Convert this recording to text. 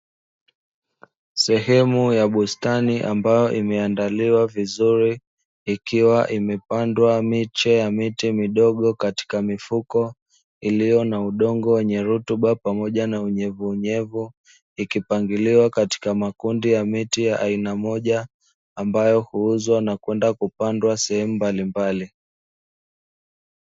Sehemu ya bustani ambayo imeandaliwa vizuri, ikiwa imepandwa miche ya miti midogo katika mifuko, iliyo na udongo wenye rutuba pamoja na unyevuunyevu, ikipangiliwa katika makundi ya miti ya aina moja, ambayo huuzwa na kwenda kupandwa sehemu mbalimbali.